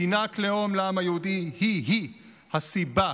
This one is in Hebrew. מדינת לאום לעם היהודי היא-היא הסיבה